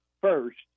first